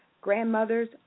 grandmothers